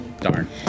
Darn